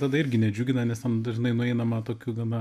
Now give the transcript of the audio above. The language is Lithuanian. tada irgi nedžiugina nes ten dažnai nueinama tokiu gana